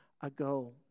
ago